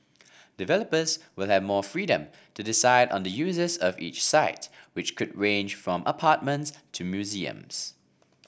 developers will have more freedom to decide on the uses of each site which could range from apartments to museums